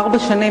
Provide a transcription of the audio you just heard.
ארבע שנים,